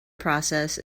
process